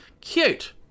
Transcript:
Cute